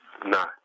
No